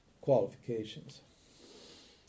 qualifications